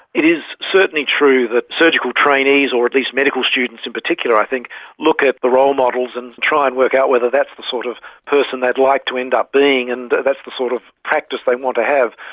it is certainly true that surgical trainees or at least medical students in particular i think look at the role models and try and work out whether that's the sort of person they'd like to end up being and that's the sort of practice they want to have.